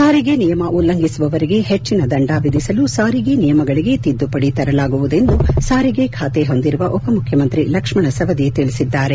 ಸಾರಿಗೆ ನಿಯಮ ಉಲ್ಲಂಘಿಸುವವರಿಗೆ ಹೆಚ್ಚಿನ ದಂಡ ವಿಧಿಸಲು ಸಾರಿಗೆ ನಿಯಮಗಳಿಗೆ ತಿದ್ದುಪಡಿ ತರಲಾಗುವುದು ಎಂದು ಸಾರಿಗೆ ಖಾತೆ ಹೊಂದಿರುವ ಉಪಮುಖ್ಯಮಂತ್ರಿ ಲಕ್ಷ್ಮಣ ಸವದಿ ತಿಳಿಸಿದ್ದಾರೆ